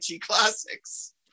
classics